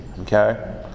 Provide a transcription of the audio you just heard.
okay